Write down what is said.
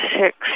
six